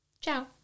Ciao